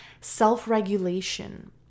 self-regulation